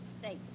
states